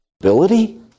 ability